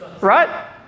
Right